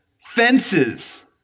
fences